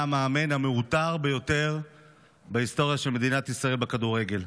היה מאמן המעוטר ביותר בהיסטוריה של מדינת ישראל בכדורגל.